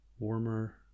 Warmer